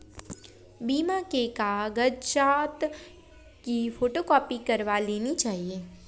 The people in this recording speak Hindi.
बीमा के कागजात की फोटोकॉपी करवा लेनी चाहिए